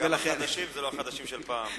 גם החדשים זה לא החדשים של פעם.